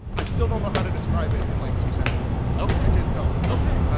i still don't know how to describe it in, like, two sentences ok i just don't ok